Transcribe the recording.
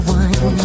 one